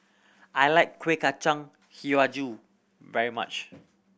I like Kueh Kacang Hijau very much